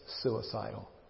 suicidal